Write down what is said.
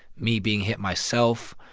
me being hit myself.